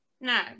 No